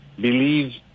believe